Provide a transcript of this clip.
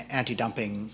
anti-dumping